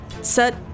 set